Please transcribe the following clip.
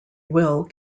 will